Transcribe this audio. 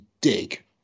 dig